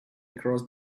across